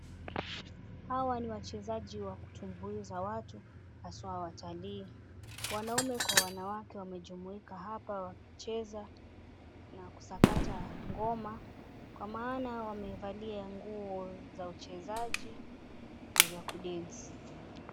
Hawa ni wachezaji wakutumbiza watu, haswa watalii, wanaumme kwa wanawake, wamejumuika hapa wakicheza na kusakata ngoma, kwa maana wamevalia nguo za uchezaji na vya kudensi.